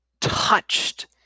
touched